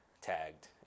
tagged